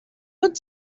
good